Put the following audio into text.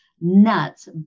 nuts